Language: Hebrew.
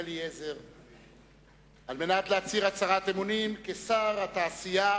בן-אליעזר להצהיר הצהרת אמונים כשר התעשייה,